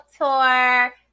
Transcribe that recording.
tour